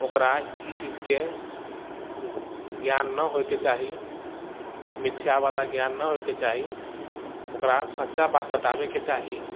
ओकरा ई चीजके ज्ञान नहि होयके चाही मिथ्या बला ज्ञान नहि होयके चाही ओकरा सच्चा बात बताबेके चाही